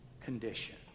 condition